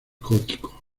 gótico